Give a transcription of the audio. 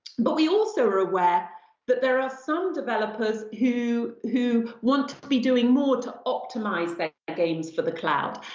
but we also are aware that but there ah some developers who who want to be doing more to optimize their games for the cloud.